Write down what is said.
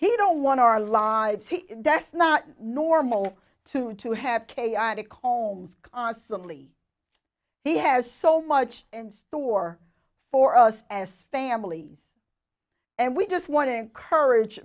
he don't want our lives he desk not normal to to have chaotic homes constantly he has so much in store for us as families and we just want to encourage